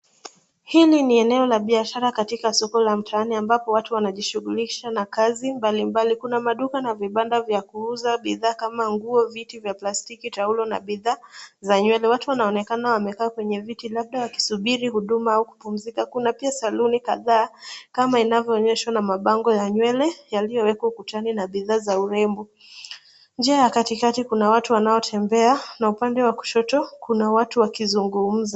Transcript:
Hili ni eneo la biashara katika soko la mtaani ambapo watu wanajishughulisha na kazi mbalimbali. Kuna maduka na vibanda vya kuuza bidhaa kama nguo, viti vya plastiki, taulo na bidhaa za nywele. Watu wanaonekana wamekaa kwenye viti labda wakisubiri huduma au kupumzika. Kuna pia saloni kadhaa kama inavyoonyeshwa na mabango ya nywele yaliyowekwa ukutani na bidhaa za urembo. Njia ya katikati kuna watu wanaotembea na upande wa kushoto kuna watu wakizungumza.